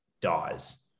dies